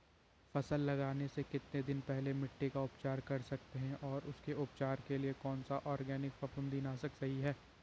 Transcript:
फसल लगाने से कितने दिन पहले मिट्टी का उपचार कर सकते हैं और उसके उपचार के लिए कौन सा ऑर्गैनिक फफूंदी नाशक सही है?